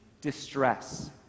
distress